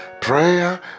Prayer